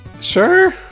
Sure